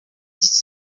dix